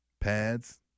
pads